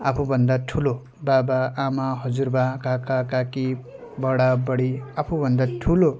आफूभन्दा ठुलो बाबाआमा हजुरबा काकाकाकी बडाबडी आफूभन्दा ठुलो